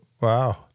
wow